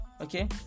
Okay